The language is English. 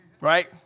right